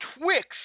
Twix